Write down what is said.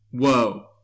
Whoa